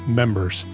members